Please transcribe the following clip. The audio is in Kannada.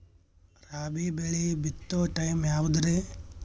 ರಾಬಿ ಬೆಳಿ ಬಿತ್ತೋ ಟೈಮ್ ಯಾವದ್ರಿ?